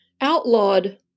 outlawed